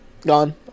Gone